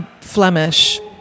Flemish